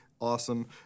awesome